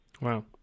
Wow